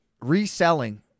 reselling